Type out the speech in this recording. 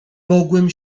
mogłem